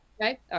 Okay